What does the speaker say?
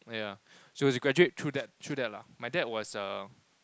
yeah so she graduate through that through that lah my dad was a